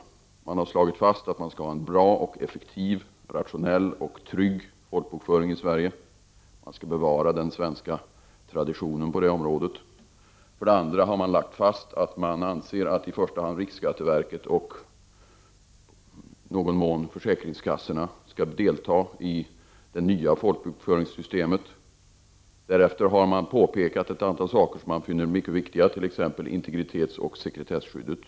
Riksdagen har slagit fast att vi skall ha en bra och effektiv, rationell och trygg folkbokföring i Sverige. Vi skall bevara den svenska traditionen på detta område. För det andra har riksdagen lagt fast att i första hand riksskatteverket och i någon mån försäkringskassorna skall delta i det nya folkbokföringssystemet. Därefter har riksdagen påpekat ett antal frågor som uppfattas som mycket viktiga, t.ex. integritetsoch sekretesskyddet.